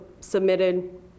submitted